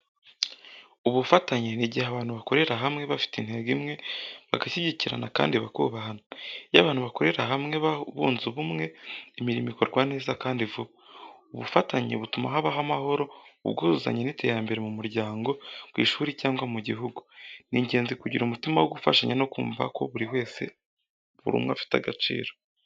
Ubufatanye ni igihe abantu bakorera hamwe, bafite intego imwe, bagashyigikirana kandi bakubahana. Iyo abantu bakorera hamwe bunze ubumwe, imirimo ikorwa neza kandi vuba. Ubufatanye butuma habaho amahoro, ubwuzuzanye n’iterambere mu muryango, ku ishuri cyangwa mu gihugu. Ni ingenzi kugira umutima wo gufashanya no kumva ko buri umwe afite agaciro.